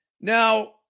Now